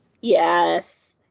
Yes